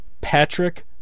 Patrick